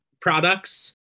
products